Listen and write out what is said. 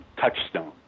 touchstone